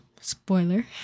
spoiler